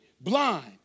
blind